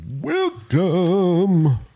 Welcome